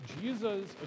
Jesus